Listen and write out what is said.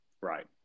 Right